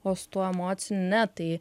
o su tuo emociniu ne tai